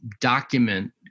document